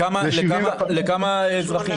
לכמה אזרחים?